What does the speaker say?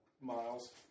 Miles